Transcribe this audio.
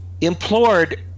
implored